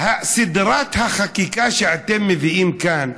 סדרת החקיקה שאתם מביאים כאן,